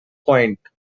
point